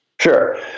Sure